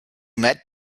met